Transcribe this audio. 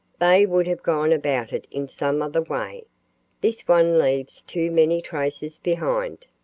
they would have gone about it in some other way. this one leaves too many traces behind.